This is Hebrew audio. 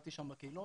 עבדתי שם בקהילות,